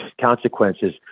consequences